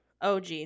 OG